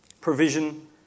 Provision